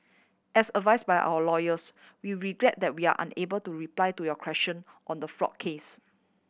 as advised by our lawyers we regret that we are unable to reply to your question on the fraud case